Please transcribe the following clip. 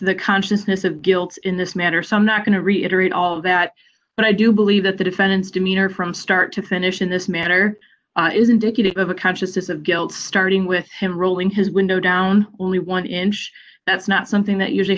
the consciousness of guilt in this matter some not going to reiterate all of that but i do believe that the defendant's demeanor from start to finish in this matter is indicative of a consciousness of guilt starting with him rolling his window down only one inch that's not something that usually